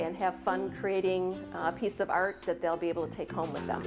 and have fun creating a piece of art that they'll be able to take home